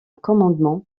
commandement